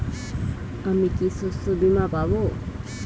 আমি কি শষ্যবীমা পাব?